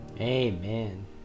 Amen